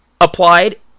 Applied